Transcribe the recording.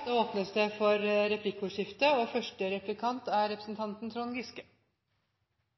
Det åpnes for replikkordskifte. Det er en veldig fordel for en god og